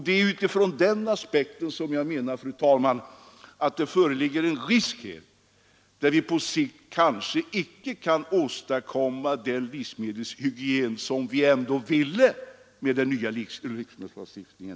Det är ur den aspekten jag menar, fru talman, att det föreligger risk för att vi på sikt kanske icke kan åstadkomma den livsmedelshygien i butikerna som vi ändå vill skapa med den nya livsmedelslagstiftningen.